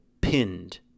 pinned